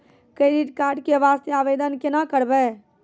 Credit card के वास्ते आवेदन केना करबै?